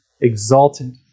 exalted